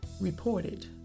reported